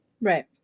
Right